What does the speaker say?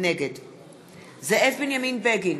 נגד זאב בנימין בגין,